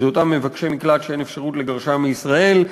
את אותם מבקשי מקלט שאין אפשרות לגרשם מישראל,